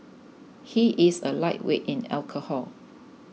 he is a lightweight in alcohol